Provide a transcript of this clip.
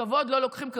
כבוד לא לוקחים,